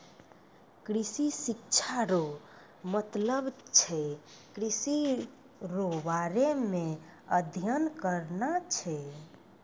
कृषि शिक्षा रो मतलब छै कृषि रो बारे मे अध्ययन करना छै